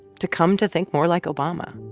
to come to think more like obama.